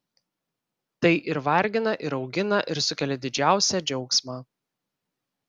tai ir vargina ir augina ir sukelia didžiausią džiaugsmą